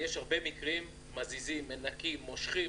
יש הרבה מקרים מזיזים, מנקים, מושכים.